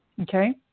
Okay